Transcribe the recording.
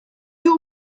your